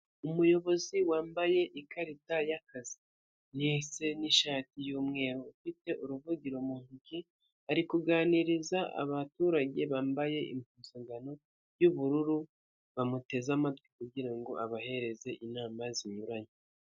Umuyobozi wambaye ikarita y'akazi ndetse n'ishati yumweru, ufite uruvugiro mu ntoki ari kuganiriza abaturage bambaye impozangano y'ubururu bamuteze amatwi kugira ngo abahereze inama zinyuranye.